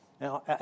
Now